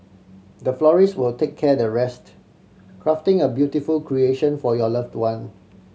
the florist will take care the rest crafting a beautiful creation for your loved one